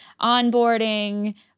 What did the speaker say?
onboarding